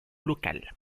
local